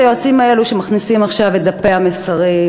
היועצים האלה שמכניסים עכשיו את דפי המסרים,